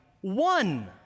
one